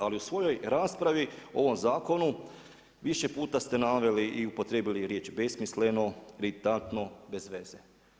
Ali u svojoj raspravi o ovom zakonu više puta ste naveli i upotrijebili riječ besmisleno, iritantno, bez veze.